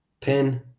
pin